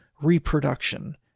reproduction